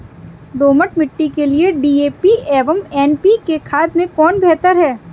दोमट मिट्टी के लिए डी.ए.पी एवं एन.पी.के खाद में कौन बेहतर है?